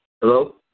Hello